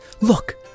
look